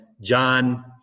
John